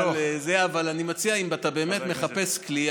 אבל אני מציע שאם אתה באמת מחפש כלי,